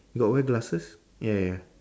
got wear glasses ya ya